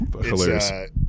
hilarious